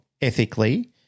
ethically